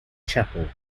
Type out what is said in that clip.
chapel